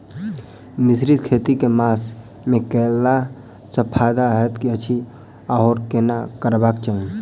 मिश्रित खेती केँ मास मे कैला सँ फायदा हएत अछि आओर केना करबाक चाहि?